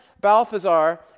Balthazar